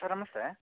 sir ನಮಸ್ತೆ